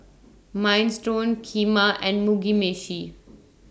Minestrone Kheema and Mugi Meshi